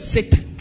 Satan